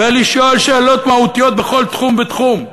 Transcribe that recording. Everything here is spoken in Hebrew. ולשאול שאלות מהותיות בכל תחום ותחום.